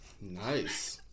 Nice